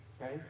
Right